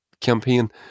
campaign